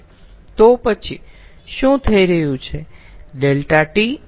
તો પછી શું થઈ રહ્યું છે